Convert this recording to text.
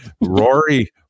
Rory